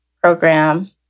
program